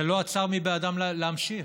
זה לא עצר מבעדם להמשיך.